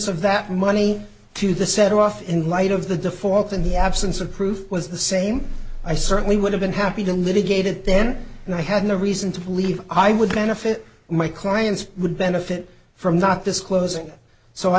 of that money to the set off in light of the default in the absence of proof was the same i certainly would have been happy to litigate it then and i have no reason to believe i would benefit my clients would benefit from not disclosing so i